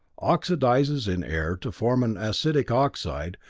oxidizes in air to form an acidic oxide,